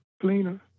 Cleaner